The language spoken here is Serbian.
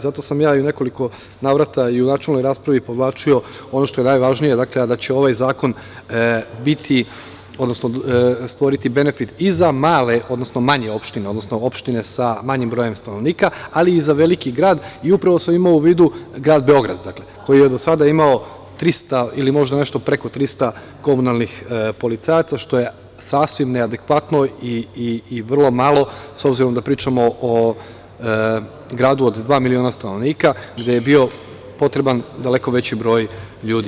Zato sam ja u nekoliko navrata i u načelnoj raspravi podvlačio ono što je najvažnije, da će ovaj zakon stvoriti benefit i za male, odnosno manje opštine, odnosno opštine sa manjim brojem stanovnika, ali i za veliki grad i upravo sam imao u vidu grad Beograd koji je do sada imao 300 ili možda nešto preko 300 komunalnih policajaca, što je sasvim neadekvatno i vrlo malo, s obzirom da pričamo o gradu od dva miliona stanovnika gde je bio potreban daleko veći broj ljudi.